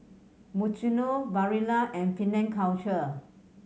Mizuno Barilla and Penang Culture